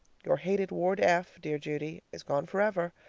your hated ward f, dear judy, is gone forever.